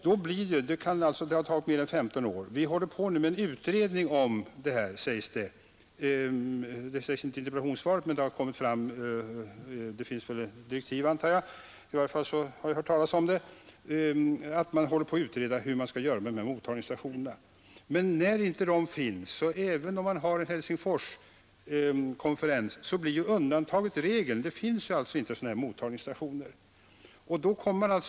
Vi håller nu på att utreda — härom sägs det ingenting i svaret, men det finns väl direktiv, antar jag — hur man skall göra med dessa mottagningsstationer. Men när de inte finns blir ju undantaget regel även om man har en Helsingforskonferens om frågan. Det finns som sagt inga mottagningsstationer, värda namnet i nuläget.